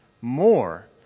more